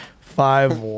Five